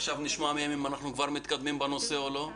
עכשיו נשמע מהם אם אנחנו מתקדמים בנושא או לא.